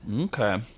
Okay